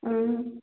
ꯎꯝ